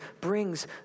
brings